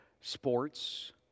sports